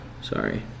Sorry